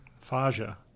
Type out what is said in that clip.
Faja